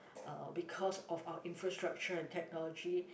uh because of our infrastructure and technology